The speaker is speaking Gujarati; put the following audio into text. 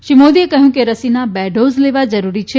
શ્રી મોદીએ કહ્યું કે રસીના બે ડોઝ લેવા જરૂરી છે